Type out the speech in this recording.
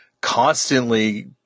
constantly